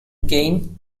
gain